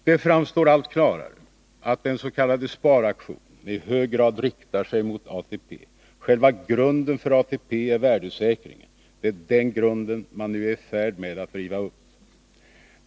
Det framstår allt klarare att den s.k. sparaktionen i hög grad riktar sig mot ATP. Själva grunden för ATP är värdesäkringen. Det är den grunden man nu är i färd med att riva upp.